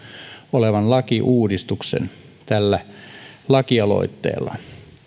olevan lakiuudistuksen tällä lakialoitteella